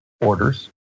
orders